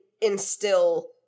instill